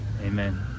Amen